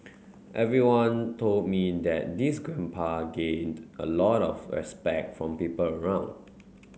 everyone told me that this grandpa gained a lot of respect from people around